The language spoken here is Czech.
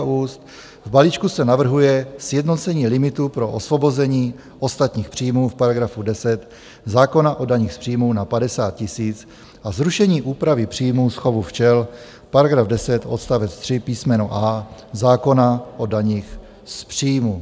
V balíčku se navrhuje sjednocení limitů pro osvobození ostatních příjmů v § 10 zákona o daních z příjmů na 50 tisíc a zrušení úpravy příjmů z chovu včel § 10 odst. 3 písm. a) zákona o daních z příjmů.